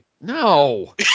No